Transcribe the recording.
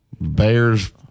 Bears